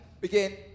begin